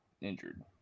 injured